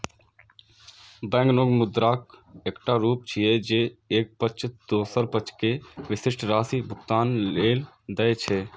banknote मुद्राक एकटा रूप छियै, जे एक पक्ष दोसर पक्ष कें विशिष्ट राशि भुगतान लेल दै छै